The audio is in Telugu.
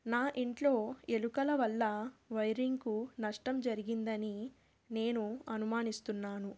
నా ఇంట్లో ఎలుకల వల్ల వైరింగ్కు నష్టం జరిగిందని నేను అనుమానిస్తున్నాను